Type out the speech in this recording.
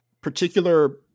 particular